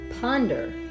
ponder